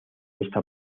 esta